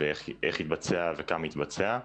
איך הוא יתבצע וכמה יתבצע.